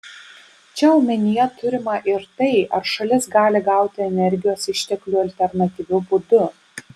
čia omenyje turima ir tai ar šalis gali gauti energijos išteklių alternatyviu būdu